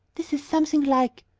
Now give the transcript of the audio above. this is something like!